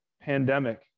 pandemic